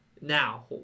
now